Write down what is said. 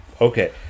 Okay